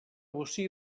bocí